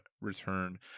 return